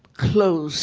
closed